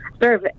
serve